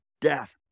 death